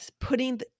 putting